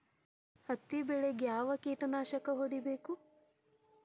ಹತ್ತಿ ಬೆಳೇಗ್ ಯಾವ್ ಕೇಟನಾಶಕ ಹೋಡಿಬೇಕು?